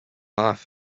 off